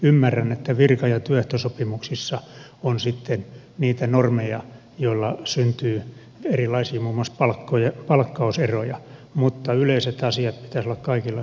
ymmärrän että virka ja työehtosopimuksissa on sitten niitä normeja joilla syntyy muun muassa erilaisia palkkauseroja mutta yleisten asioiden pitäisi olla kaikilla samoja